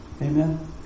Amen